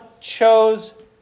chose